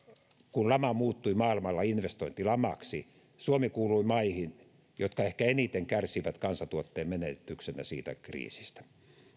kun lama muuttui maailmalla investointilamaksi suomi kuului maihin jotka ehkä eniten kärsivät kansantuotteen menetyksenä siitä kriisistä